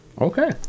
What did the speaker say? Okay